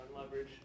leverage